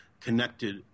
Connected